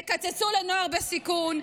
יקצצו לנוער בסיכון,